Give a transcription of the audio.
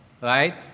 right